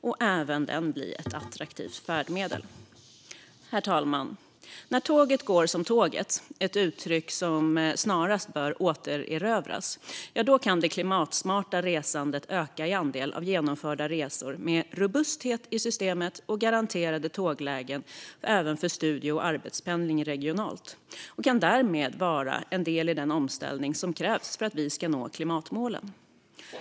Då blir även bussen ett attraktivt färdmedel. Herr talman! När tåget går som tåget - ett uttryck som snarast bör återerövras - kan det klimatsmarta resandets andel av genomförda resor öka. Med robusthet i systemet och garanterade tåglägen även för studie och arbetspendling regionalt kan det vara en del i den omställning som krävs för att vi ska nå klimatmålen.